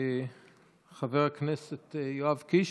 חבר הכנסת יואב קיש,